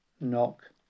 Knock